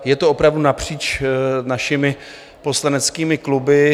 Je to opravdu napříč našimi poslaneckými kluby.